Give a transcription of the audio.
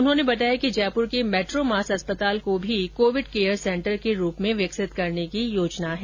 उन्होंने बताया कि जयपूर के मेट्रोमास अस्पताल को भी कोविड केयर सेंटर के रूप में विकसित करने की योजना है